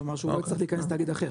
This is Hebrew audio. שאומר שהוא לא יצטרך להיכנס לתאגיד אחר,